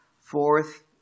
Fourth